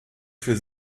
für